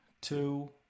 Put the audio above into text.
two